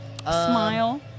Smile